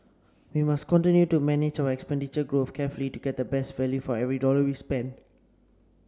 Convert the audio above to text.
we must continue to manage our expenditure growth carefully to get the best value for every dollar we spend